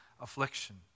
affliction